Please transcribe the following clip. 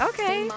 Okay